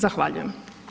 Zahvaljujem.